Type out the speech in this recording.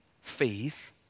faith